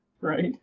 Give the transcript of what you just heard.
Right